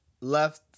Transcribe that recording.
left